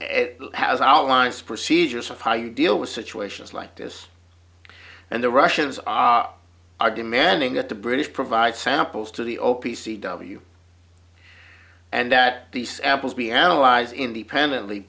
it has allies procedures of how you deal with situations like this and the russians are are demanding that the british provide samples to the o p c w and that these apples be analyzed independently